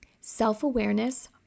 Self-awareness